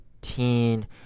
teen